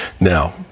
Now